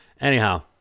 Anyhow